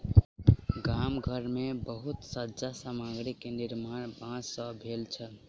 गाम घर मे बहुत सज्जा सामग्री के निर्माण बांस सॅ भेल छल